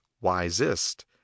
Wisest